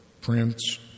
Prince